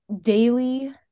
daily